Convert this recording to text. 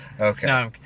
Okay